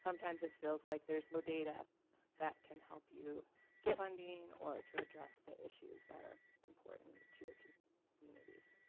sometimes it feels like there is no data that can help you get funding or to address the issues that are important to your communities.